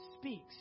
speaks